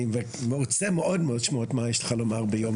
אני רוצה מאוד מאוד לשמוע את מה שיש לך לומר ביום חגיגי זה.